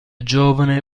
giovane